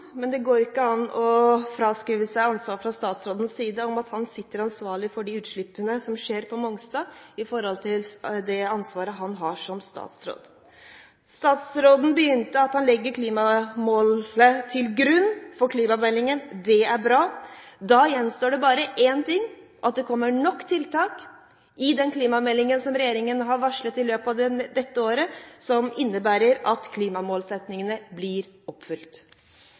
at statsråden fraskriver seg ansvaret for de utslippene som skjer på Mongstad. Det er ansvar han har som statsråd. Statsråden begynte med å si at han la klimamålet til grunn for klimameldingen. Det er bra. Da gjenstår det bare én ting: at det kommer nok tiltak i den klimameldingen som regjeringen har varslet i løpet av dette året, som innebærer at klimamålsettingene blir oppfylt.